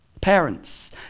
Parents